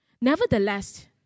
Nevertheless